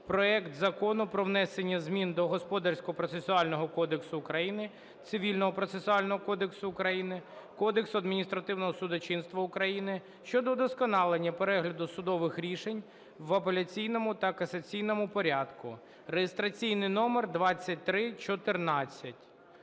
проект Закону про внесення змін до Господарського процесуального кодексу України, Цивільного процесуального кодексу України, Кодексу адміністративного судочинства України щодо вдосконалення перегляду судових рішень в апеляційному та касаційному порядку (реєстраційний номер 2314).